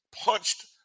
punched